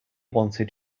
wanted